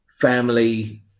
family